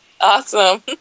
awesome